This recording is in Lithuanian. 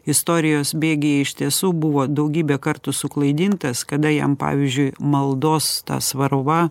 istorijos bėgyje iš tiesų buvo daugybę kartų suklaidintas kada jam pavyzdžiui maldos tas varova